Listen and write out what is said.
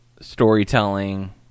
storytelling